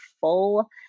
full